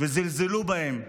וזלזלו בהן.